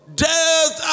death